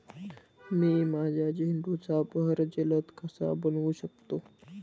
मी माझ्या झेंडूचा बहर जलद कसा बनवू शकतो?